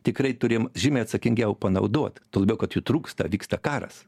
tikrai turim žymiai atsakingiau panaudot tuo labiau kad jų trūksta vyksta karas